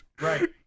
Right